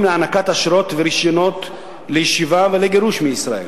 להענקת אשרות ורשיונות לישיבה ולגירוש מישראל.